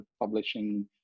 publishing